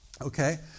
Okay